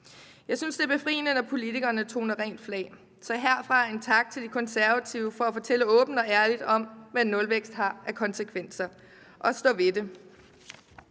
Jeg synes, det er befriende, når politikerne toner rent flag, så herfra skal lyde en tak til De Konservative for at fortælle åbent og ærligt om, hvad nulvækst har af konsekvenser, og stå ved det.